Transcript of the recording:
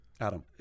Adam